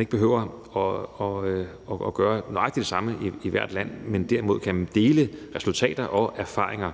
ikke behøver at gøre nøjagtig det samme i hvert land, men derimod kan dele resultater og erfaringer.